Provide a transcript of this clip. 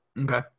Okay